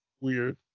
weird